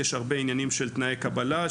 יש הרבה עניינים של תנאי קבלה,